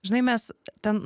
žinai mes ten